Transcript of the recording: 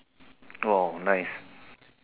!wow! nice